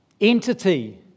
entity